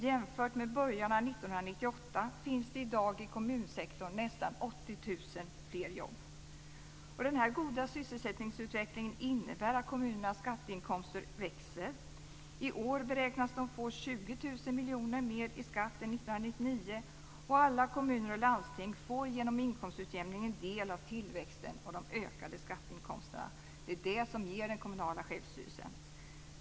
Jämfört med början av 1998 finns det i dag i kommunsektorn nästan 80 000 fler jobb. Den goda sysselsättningsutvecklingen innebär att kommunernas skatteinkomster växer. I år beräknas de få 20 000 miljoner kronor mer i skatt än 1999, och alla kommuner och landsting får genom inkomstutjämningen del av tillväxten och de ökade skatteinkomsterna. Det är det som ger den kommunala självstyrelsen.